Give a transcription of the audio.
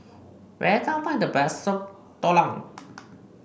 where can I find the best Soup Tulang